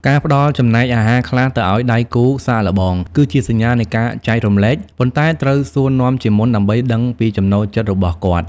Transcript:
ការផ្ដល់ចំណែកអាហារខ្លះទៅឱ្យដៃគូសាកល្បង គឺជាសញ្ញានៃការចែករំលែក ប៉ុន្តែត្រូវសួរនាំជាមុនដើម្បីដឹងពីចំណូលចិត្តរបស់គាត់។